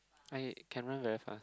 I can run very fast